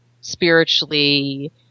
spiritually